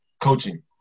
coaching